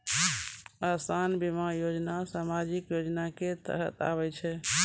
असान बीमा योजना समाजिक योजना के तहत आवै छै